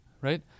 right